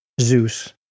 Zeus